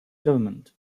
government